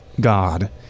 God